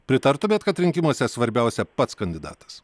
pritartumėt kad rinkimuose svarbiausia pats kandidatas